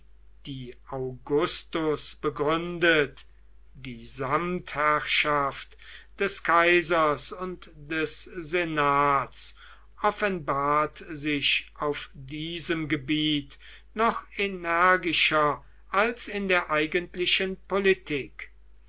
die augustus begründet die samtherrschaft des kaisers und des senats offenbart sich auf diesem gebiet noch energischer als in der eigentlichen politik